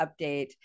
update